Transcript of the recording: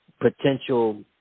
potential